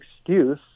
excuse